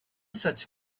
such